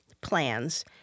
plans